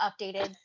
updated